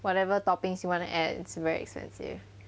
whatever toppings you want to add it's very expensive